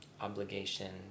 obligation